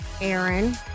Aaron